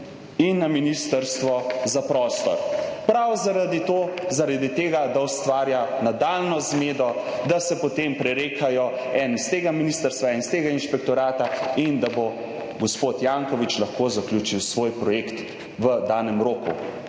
in na ministrstvo za prostor. Prav zaradi to, zaradi tega, da ustvarja nadaljnjo zmedo, da se potem prerekajo en s tega ministrstva in iz tega inšpektorata in da bo gospod Janković lahko zaključil svoj projekt v danem roku